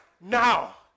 Now